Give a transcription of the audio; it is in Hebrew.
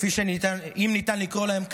אם ניתן לקרוא להם כך,